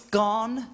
gone